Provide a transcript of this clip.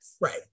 Right